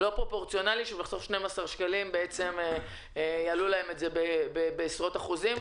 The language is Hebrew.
זה לא פרופורציונלי שבסוף בשל 12 שקלים יעלו להם את זה בעשרות אחוזים.